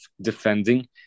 defending